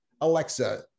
Alexa